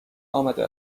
آمده